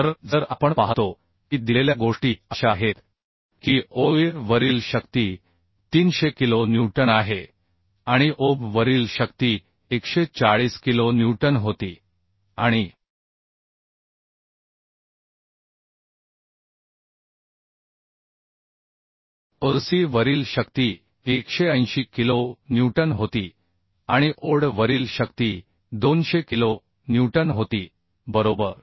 तर जर आपण पाहतो की दिलेल्या गोष्टी अशा आहेत की OA वरील शक्ती 300 किलो न्यूटन आहे आणि OB वरील शक्ती 140 किलो न्यूटन होती आणि OC वरील शक्ती 180 किलो न्यूटन होती आणि OD वरील शक्ती 200 किलो न्यूटन होती बरोबर